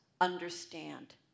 understand